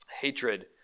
Hatred